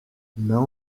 mains